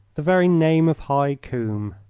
the very name of high combe!